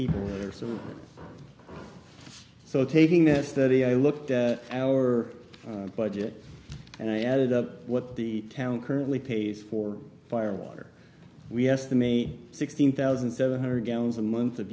so so taking this study i looked at our budget and i added up what the town currently pays for fire water we estimate sixteen thousand seven hundred gallons a month of